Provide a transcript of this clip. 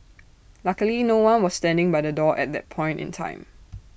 luckily no one was standing by the door at that point in time